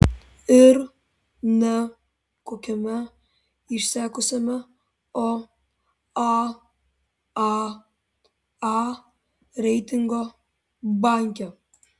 ir ne kokiame išsekusiame o aaa reitingo banke